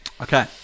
Okay